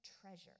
treasure